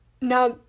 Now